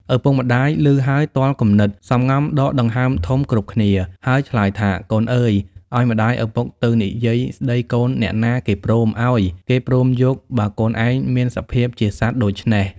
ឪពុក ម្ដាយឮហើយ ទ័លគំនិតសម្ងំដកដង្ហើមធំគ្រប់គ្នា ហើយឆ្លើយថា កូនអើយ ឱ្យម្ដាយឪពុកទៅនិយាយស្ដីកូនអ្នកណាគេព្រមឱ្យ គេព្រមយក បើកូនឯងមានសភាពជាសត្វដូច្នេះ។